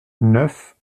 neuf